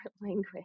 language